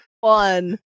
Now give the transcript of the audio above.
one